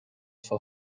for